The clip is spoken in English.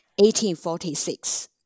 1846